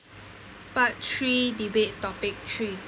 part three debate topic three